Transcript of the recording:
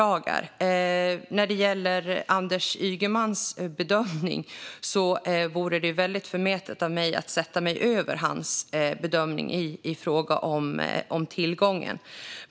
När det gäller Anders Ygemans bedömning vore det väldigt förmätet av mig att sätta mig över hans bedömning i fråga om tillgången.